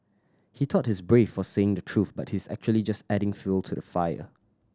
he thought he's brave for saying the truth but he's actually just adding fuel to the fire